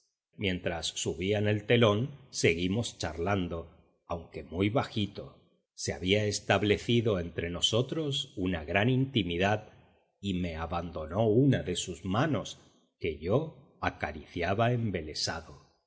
mientras subían el telón seguimos charlando aunque muy bajito se había establecido entre nosotros una gran intimidad y me abandonó una de sus manos que yo acariciaba